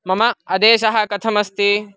मम आदेशः कथमस्ति